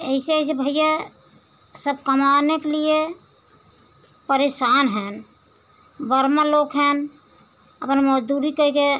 ऐसे ऐसे भइया सब कमाने के लिए परेशान हैं ब्राह्मण लोग हैं अपनी मज़दूरी करके